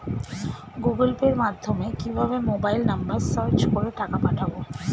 Google পের মাধ্যমে কিভাবে মোবাইল নাম্বার সার্চ করে টাকা পাঠাবো?